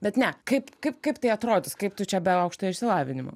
bet ne kaip kaip kaip tai atrodys kaip tu čia be aukštojo išsilavinimo